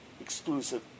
exclusive